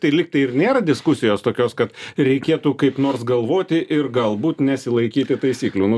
tai lygtai ir nėra diskusijos tokios kad reikėtų kaip nors galvoti ir galbūt nesilaikyti taisyklių nu